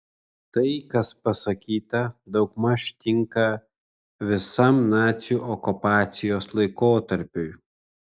tai kas pasakyta daugmaž tinka visam nacių okupacijos laikotarpiui